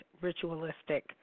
ritualistic